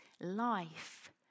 Life